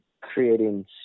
creating